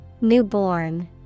Newborn